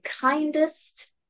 kindest